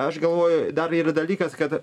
aš galvoju dar yra dalykas kad